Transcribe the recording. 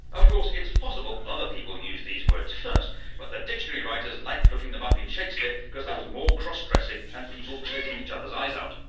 of course, it's possible other people use these words first but the dictionary writers liked looking them up in shakespeare, because there was more cross-dressing and people taking each other's eyes out.